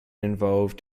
involved